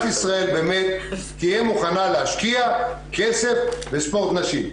ישראל תהיה מוכנה להשקיע כסף בספורט נשים.